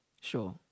Sure